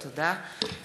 תודה.